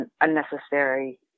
unnecessary